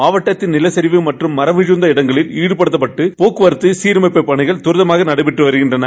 மாவட்டத்தின் நிலச்சரிவு மற்றம் மாம் விமுந்த இடங்களில் ஈடுபடுத்தப்பட்டு போக்கவரத்து சீரமைக்கும் பணி தரிதமாக நடைபெற்று வருகின்றன